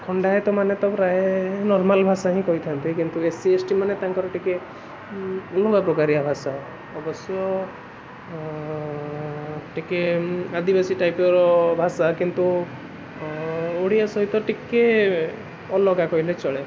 ଖଣ୍ଡାୟତ ମାନେ ତ ପ୍ରାୟେ ନର୍ମାଲ୍ ଭାଷା ହିଁ କହିଥାନ୍ତି କିନ୍ତୁ ଏସ୍ ସି ଏସ୍ ଟି ମାନେ ତାଙ୍କର ଟିକିଏ ଅଲଗା ପ୍ରକାରିଆ ଭାଷା ଅବଶ୍ୟ ଟିକିଏ ଆଦିବାସୀ ଟାଇପ୍ର ଭାଷା କିନ୍ତୁ ଓଡ଼ିଆ ସହିତ ଟିକିଏ ଅଲଗା କହିଲେ ଚଳେ